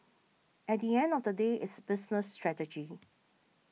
at the end of the day it's business strategy